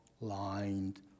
lined